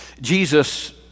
Jesus